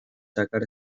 sacar